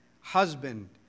husband